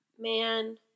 Man